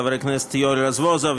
חברי הכנסת יואל רזבוזוב,